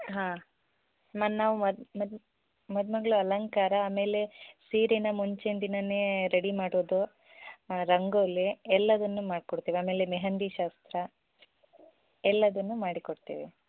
ಹಾಂ ನನ್ನ ಮದುಮಗಳ ಅಲಂಕಾರ ಆಮೇಲೆ ಸೀರೆಯನ್ನ ಮುಂಚಿನ ದಿನವೇ ರೆಡಿ ಮಾಡೋದು ರಂಗೋಲಿ ಎಲ್ಲವನ್ನು ಮಾಡ್ಕೊಡ್ತೀವಿ ಆಮೇಲೆ ಮೆಹೆಂದಿ ಶಾಸ್ತ್ರ ಎಲ್ಲವನ್ನು ಮಾಡಿಕೊಡ್ತೀವಿ